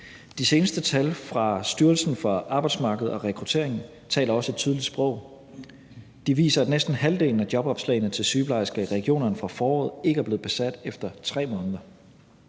De seneste tal fra Styrelsen for Arbejdsmarked og Rekruttering taler også et tydeligt sprog. De viser, at næsten halvdelen af de ledige job som sygeplejerske i regionerne for foråret ikke er blevet besat efter 3 måneder.